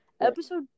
Episode